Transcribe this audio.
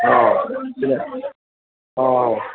অঁ ঠিক আছে অঁ